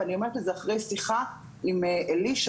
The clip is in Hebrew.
ואני אומרת את זה אחרי שיחה עם אלישע,